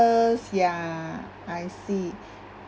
ya I see